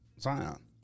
Zion